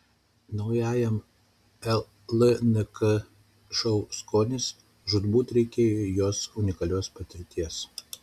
naujajam lnk šou skonis žūtbūt reikėjo jos unikalios patirties